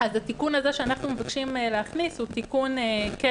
אז התיקון שאנחנו מבקשים להכניס הוא תיקון קבע.